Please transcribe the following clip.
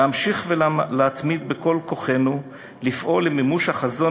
להמשיך ולהתמיד בכל כוחנו לפעול למימוש החזון